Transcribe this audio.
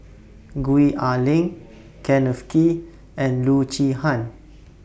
Gwee Ah Leng Kenneth Kee and Loo Zihan